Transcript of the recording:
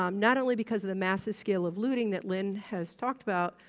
um not only because of the massive scale of looting that lynn has talked about,